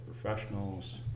professionals